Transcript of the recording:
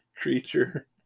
creature